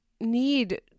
need